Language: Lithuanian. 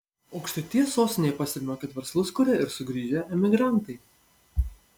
aukštaitijos sostinėje pastebima kad verslus kuria ir sugrįžę emigrantai